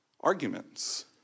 arguments